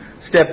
Step